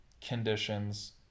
Conditions